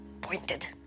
pointed